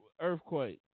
Earthquake